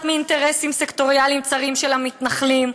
מאינטרסים סקטוריאליים צרים של המתנחלים.